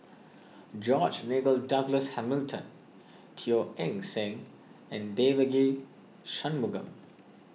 George Nigel Douglas Hamilton Teo Eng Seng and Devagi Sanmugam